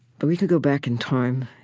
but we can go back in time.